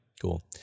Cool